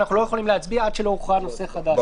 אנחנו לא יכולים להצביע עד שלא הוכרע נושא חדש,